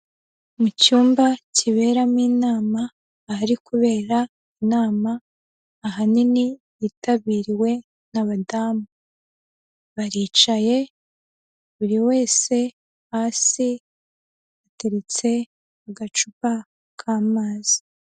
Mu cyumba kiberamo inama, ahari kubera inama, ahanini yitabiriwe n'abadamu, baricaye buri wese hasi hateretse agacupa k'amazi.